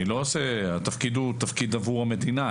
התפקיד הוא תפקיד עבור המדינה,